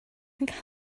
iawn